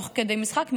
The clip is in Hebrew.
תוך כדי משחק מלמעלה,